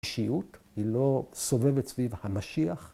‫אישיות היא לא סובבת סביב המשיח.